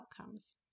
outcomes